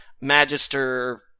magister